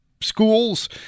schools